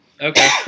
Okay